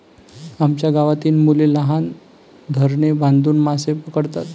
आमच्या गावातील मुले लहान धरणे बांधून मासे पकडतात